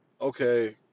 okay